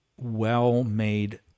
well-made